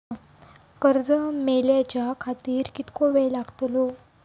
कर्ज मेलाच्या खातिर कीतको वेळ लागतलो?